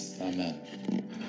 Amen